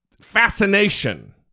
fascination